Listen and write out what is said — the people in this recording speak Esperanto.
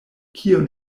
kion